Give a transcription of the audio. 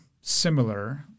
similar